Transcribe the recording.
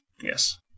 Yes